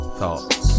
thoughts